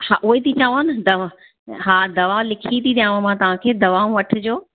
हा उहेई थी चवां न त दवा हा दवा लिखी थी ॾियाव मां तव्हांखे दवाऊं वठिजो